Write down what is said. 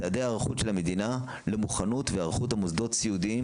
צעדי היערכות של המדינה למוכנות והיערכות מוסדות הסיעודיים